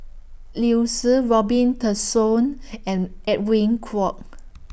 Liu Si Robin Tessensohn and Edwin Koek